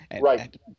Right